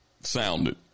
sounded